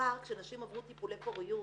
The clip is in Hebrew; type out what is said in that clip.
בעבר כשנשים עברו טיפולי פוריות,